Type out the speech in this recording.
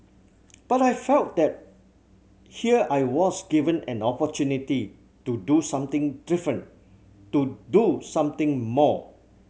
but I felt that here I was given an opportunity to do something different to do something more